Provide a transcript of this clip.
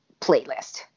playlist